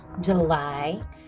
July